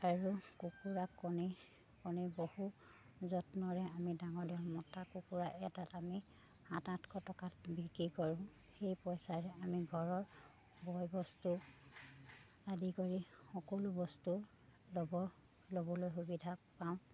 আৰু কুকুৰা কণী কণী বহু যত্নৰে আমি ডাঙৰ ডাঙৰ মতা কুকুৰা এটাত আমি সাত আঠশ টকাত বিক্ৰী কৰোঁ সেই পইচাৰে আমি ঘৰৰ বয়বস্তু আদি কৰি সকলো বস্তু ল'ব ল'বলৈ সুবিধা পাওঁ